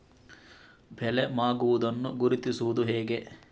ಬೆಳೆ ಮಾಗುವುದನ್ನು ಗುರುತಿಸುವುದು ಹೇಗೆ?